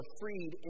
freed